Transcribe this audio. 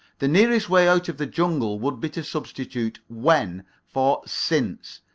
the nearest way out of the jungle would be to substitute when for since.